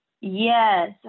Yes